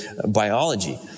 biology